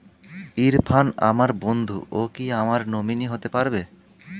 ইরফান আমার বন্ধু ও কি আমার নমিনি হতে পারবে?